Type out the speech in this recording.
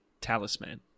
talisman